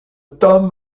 tom